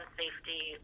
safety